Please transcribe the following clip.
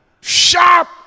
sharp